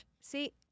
See